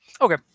Okay